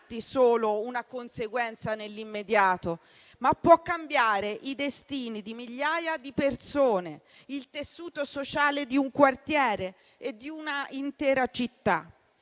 solo una conseguenza nell'immediato, ma può cambiare i destini di migliaia di persone, il tessuto sociale di un quartiere e di una intera città.